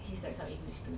he's like some english dude